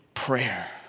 Prayer